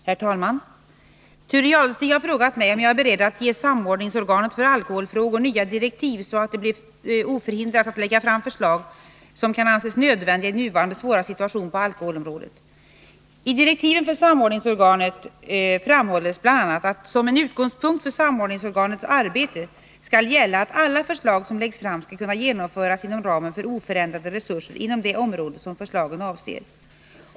Herr talman! Thure Jadestig har frågat mig om jag är beredd att ge samordningsorganet för alkoholfrågor nya direktiv så att det blir oförhindrat att lägga fram förslag som kan anses nödvändiga i nuvarande svåra situation på alkoholområdet. I direktiven för samordningsorganet framhålls bl.a. att som en utgångspunkt för samordningsorganets arbete skall gälla att alla förslag som läggs fram skall kunna genomföras inom ramen för oförändrade resurser inom det område som förslagen avser.